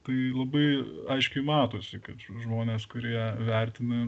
tai labai aiškiai matosi kad žmonės kurie vertina